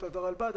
הרלב"ד,